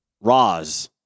Roz